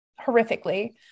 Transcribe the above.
horrifically